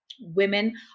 women